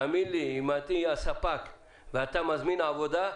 אם אתה הספק ואתה מזמין עבודה,